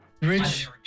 Rich